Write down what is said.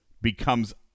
becomes